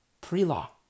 Pre-law